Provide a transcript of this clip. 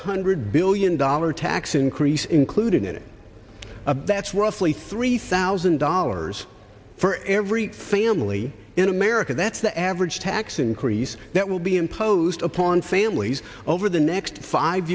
hundred billion dollars tax increase included in it that's roughly three thousand dollars for every family in america that's the average tax increase that will be imposed upon families over the next five